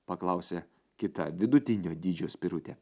paklausė kita vidutinio dydžio spirutė